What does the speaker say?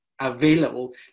available